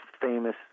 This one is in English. famous